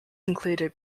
included